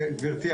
גברתי,